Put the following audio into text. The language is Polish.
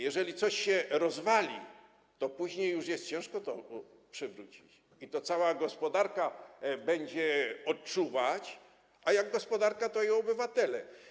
Jeżeli coś się rozwali, to później już jest ciężko to przywrócić i to cała gospodarka będzie odczuwać, a jak gospodarka, to i obywatele.